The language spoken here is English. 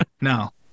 No